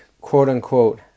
quote-unquote